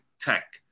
Tech